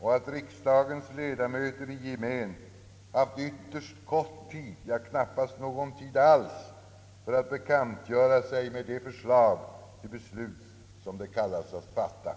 och att riksdagens ledamöter i gemen haft ytterst kort tid, ja knappast någon tid alls för att bekantgöra sig med de förslag till beslut som de kallats att fatta!